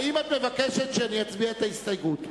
האם את מבקשת שנצביע על ההסתייגות?